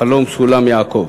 חלום סולם יעקב.